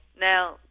Now